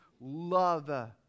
love